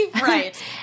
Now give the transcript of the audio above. right